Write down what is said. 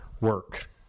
work